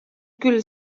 küll